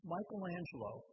Michelangelo